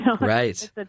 Right